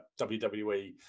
wwe